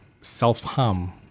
self-harm